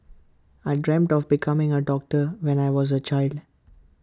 I dreamt of becoming A doctor when I was A child